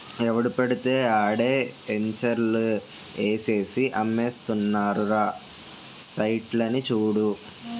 ఎవడు పెడితే ఆడే ఎంచర్లు ఏసేసి అమ్మేస్తున్నారురా సైట్లని చూడు